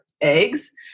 eggs